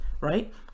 Right